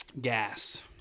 gas